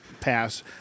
pass